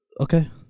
Okay